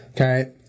Okay